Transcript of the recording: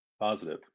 Positive